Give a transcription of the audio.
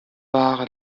wahre